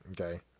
Okay